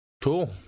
cool